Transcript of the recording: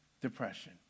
Depression